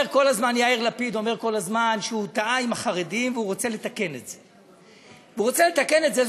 יאיר לפיד אומר כל הזמן שהוא טעה עם החרדים והוא רוצה לתקן את זה.